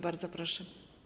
Bardzo proszę.